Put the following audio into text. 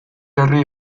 herri